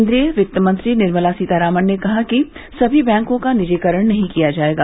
केन्द्रीय वित्तमंत्री निर्मला सीतारामन ने कहा है कि समी बैंकों का निजीकरण नहीं किया जायेगा